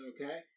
Okay